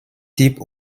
type